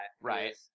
Right